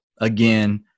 again